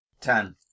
Ten